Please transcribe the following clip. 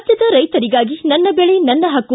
ರಾಜ್ಯದ ರೈತರಿಗಾಗಿ ನನ್ನ ಬೆಳೆ ನನ್ನ ಹಕ್ಕು